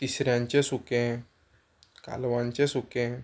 तिसऱ्यांचें सुकें कालवांचें सुकें